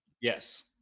yes